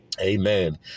Amen